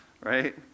right